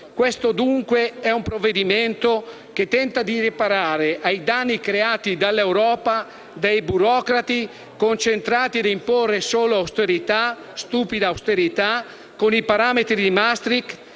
Questo è, dunque, un provvedimento che tenta di riparare ai danni creati dall'Europa dei burocrati, concentrati a imporre solo stupida austerità con i parametri di Maastricht